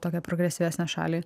tokią progresyvesnę šalį